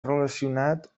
relacionat